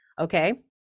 Okay